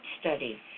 Study